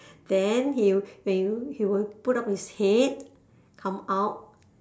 then he'll when you he will put up his head come out